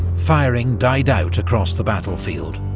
firing died out across the battlefield,